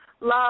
love